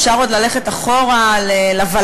אפשר עוד ללכת אחורה לוול"ל,